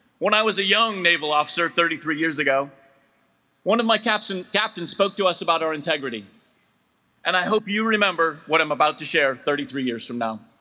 when i was a young naval officer thirty three years ago one of my captain's captain's spoke to us about our integrity and i hope you remember what i'm about to share thirty-three years from now